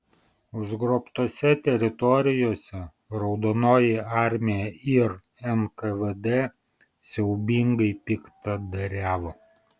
užgrobtose teritorijose raudonoji armija ir nkvd siaubingai piktadariavo